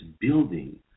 building